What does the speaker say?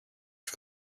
for